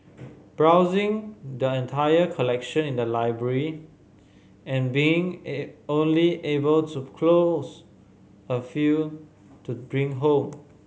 browsing the entire collection in the library and being a only able to a few to bring home